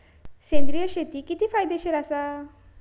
सेंद्रिय शेती कितकी फायदेशीर आसा?